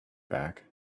back